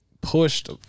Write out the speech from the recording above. pushed